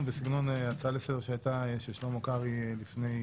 בסגנון הצעה לסדר של שלמה קרעי שהייתה